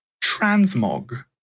transmog